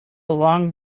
long